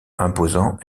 imposant